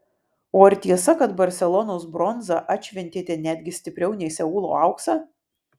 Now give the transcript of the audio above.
o ar tiesa kad barselonos bronzą atšventėte netgi stipriau nei seulo auksą